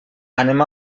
anem